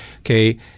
okay